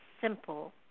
simple